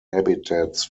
habitats